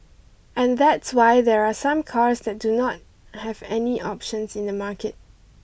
and that's why there are some cars that do not have any options in the market